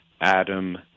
Adam